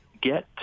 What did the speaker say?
get